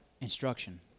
instruction